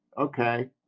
Okay